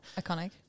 Iconic